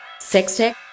sextech